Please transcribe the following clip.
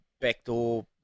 backdoor